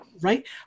Right